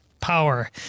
Power